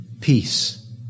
Peace